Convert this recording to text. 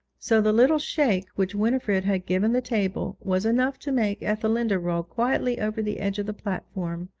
so the little shake which winifred had given the table was enough to make ethelinda roll quietly over the edge of the platform,